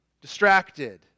Distracted